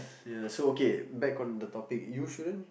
ya so okay back on the topic you shouldn't